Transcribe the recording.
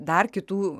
dar kitų